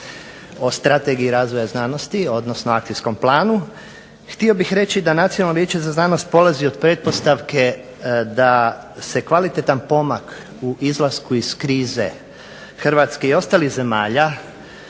o Strategiji razvoja znanosti, odnosno Akcijskom planu. Htio bih reći da Nacionalno vijeće za znanost polazi od pretpostavke da se kvalitetan pomak u izlasku iz krize Hrvatske i ostalih zemalja